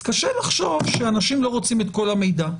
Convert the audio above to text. קשה לחשוב שאנשים לא רוצים את כל המידע.